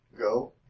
Go